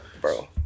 Bro